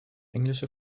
englische